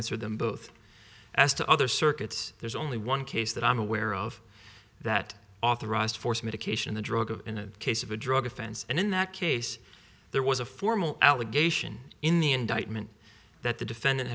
answer them both as to other circuits there's only one case that i'm aware of that authorized force medication the drug of in a case of a drug offense and in that case there was a formal allegation in the indictment that the defendant